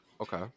Okay